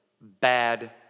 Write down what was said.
bad